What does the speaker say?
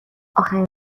اخرین